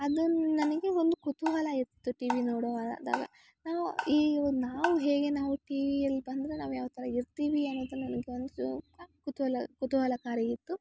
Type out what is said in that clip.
ಅದು ನನಗೆ ಒಂದು ಕುತೂಹಲ ಇತ್ತು ಟಿ ವಿ ನೋಡುವಾಗ ನಾವು ಈ ನಾವು ಹೇಗೆ ನಾವು ಟಿ ವಿಯಲ್ಲಿ ಬಂದರೆ ನಾವು ಯಾವ ಥರ ಇರ್ತೀವಿ ಅನ್ನೋದು ನನಗೆ ಒಂದು ಕುತೂಹಲ ಕುತೂಹಲಕಾರಿ ಇತ್ತು